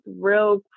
real